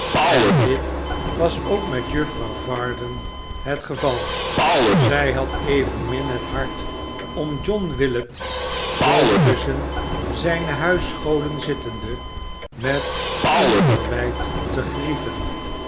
en dit was ook met juffrouw varden het geval zij had evenmin het hart om john willet zoo tusschen zijne huisgoden zittende met een verwijt te grieven